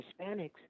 Hispanics